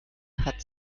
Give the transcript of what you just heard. hat